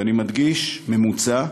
ואני מדגיש: הממוצע,